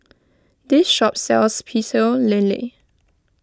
this shop sells Pecel Lele